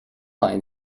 lion